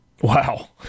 Wow